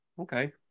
Okay